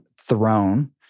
throne